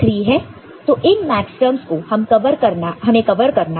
तो इसमें मैक्सटर्मस 0 1 3 है तो इन मैक्सटर्मस को हमें कवर करना है